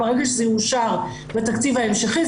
ברגע שזה יאושר בתקציב ההמשכי,